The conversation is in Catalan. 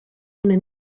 una